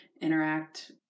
interact